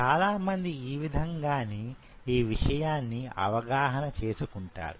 చాలామంది యీ విధంగానే యీ విషయాన్ని అవగాహన చేసుకుంటారు